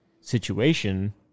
situation